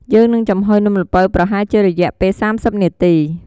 យើងនឹងចំហុយនំល្ពៅប្រហែលជារយៈពេល ៣០ នាទី។